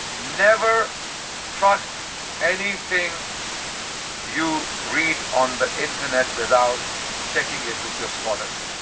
never trust anything you read on the internet without checking in with your scholars.